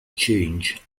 change